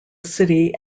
city